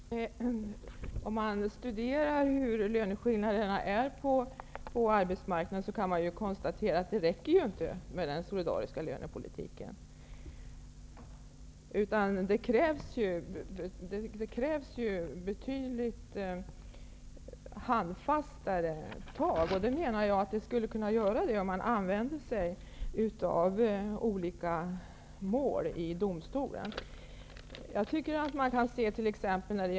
Herr talman! Om man studerar löneskillnaderna på arbetsmarknaden, kan man konstatera att det inte räcker med en solidarisk lönepolitik, utan det krävs betydligt handfastare tag. Jag menar att vi skulle kunna åstadkomma det genom att åberopa olika domstolsmål.